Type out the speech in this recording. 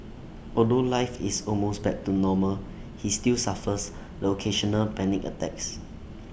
although life is almost back to normal he still suffers the occasional panic attacks